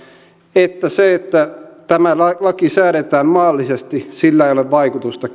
että sillä että tämä laki säädetään maallisesti ei ole vaikutusta